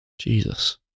Jesus